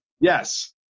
Yes